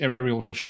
aerial